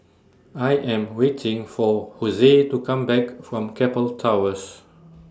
I Am waiting For Jose to Come Back from Keppel Towers